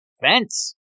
fence